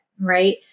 right